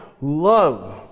love